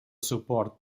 suport